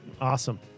Awesome